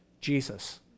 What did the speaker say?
Jesus